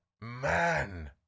Man